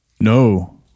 No